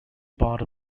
part